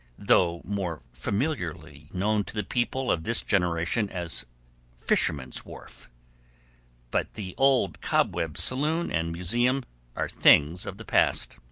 though more familiarly known to the people of this generation as fisherman's wharf but the old cobweb saloon and museum are things of the past.